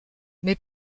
mais